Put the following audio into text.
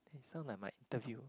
sound like my interview